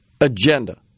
agenda